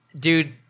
Dude